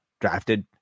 drafted